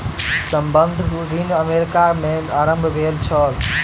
संबंद्ध ऋण अमेरिका में आरम्भ भेल छल